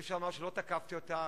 אי-אפשר לומר שלא תקפתי אותה,